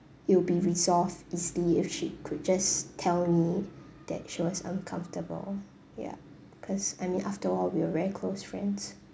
it will be resolved easily if she could just tell me that she was uncomfortable ya because I mean after all we were very close friends